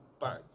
back